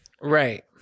Right